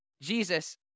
Jesus